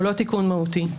הוא לא תיקון מהותי,